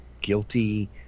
guilty